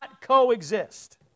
coexist